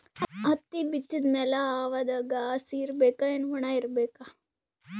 ಹತ್ತಿ ಬಿತ್ತದ ಮ್ಯಾಲ ಹವಾದಾಗ ಹಸಿ ಇರಬೇಕಾ, ಏನ್ ಒಣಇರಬೇಕ?